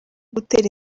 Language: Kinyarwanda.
gutera